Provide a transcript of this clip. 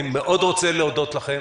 אני מאוד רוצה להודות לכם.